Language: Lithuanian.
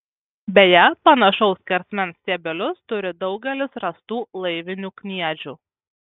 beje panašaus skersmens stiebelius turi daugelis rastų laivinių kniedžių